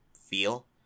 feel